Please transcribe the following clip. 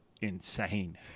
insane